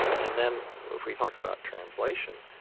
and then if we talk about translation,